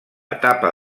etapa